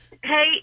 hey